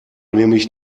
nämlich